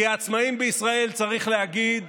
כי העצמאים בישראל, צריך להגיד,